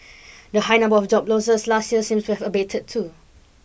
the high number of job losses last year seems to have abated too